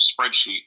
spreadsheet